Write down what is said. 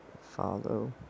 follow